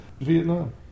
Vietnam